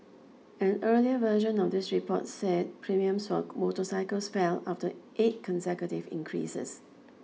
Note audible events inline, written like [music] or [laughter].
an earlier version of this report said premiums for [unintelligible] motorcycles fell after eight consecutive increases